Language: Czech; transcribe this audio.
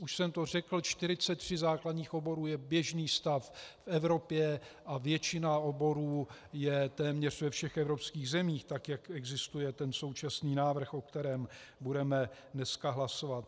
Už jsem to řekl, 43 základních oborů je běžný stav v Evropě a většina oborů je téměř ve všech evropských zemích, tak jak existuje ten současný návrh, o kterém budeme dneska hlasovat.